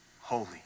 holy